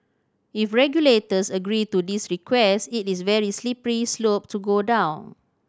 if regulators agree to this request it is very slippery slope to go down